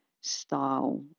style